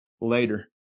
later